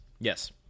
Yes